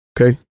Okay